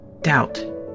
Doubt